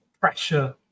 pressure